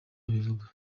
abivuga